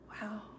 Wow